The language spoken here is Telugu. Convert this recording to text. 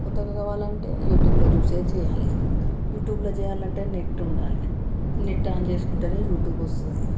కొత్తగా కావాలంటే యూట్యూబ్లో చూసే చేయాలి యూట్యూబ్లో చేయాలంటే నెట్ ఉండాలి నెట్ ఆన్ చేసుకుంటే యూట్యూబ్ వస్తుంది